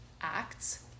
acts